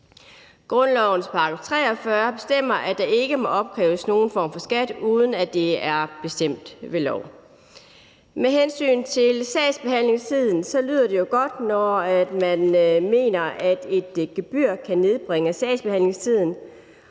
Grundlovens § 43 bestemmer, at der ikke må opkræves nogen form for skat, uden at det er bestemt ved lov. Med hensyn til sagsbehandlingstiden lyder det jo godt, når man mener, at et gebyr kan nedbringe sagsbehandlingstiden.